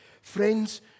Friends